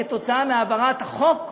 כתוצאה מהעברת החוק,